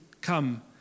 come